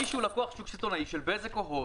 מי שהוא לקוח שוק סיטונאי של בזק או הוט